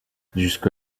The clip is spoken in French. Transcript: jusque